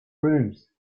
rooms